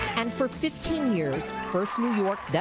and for fifteen years first new york,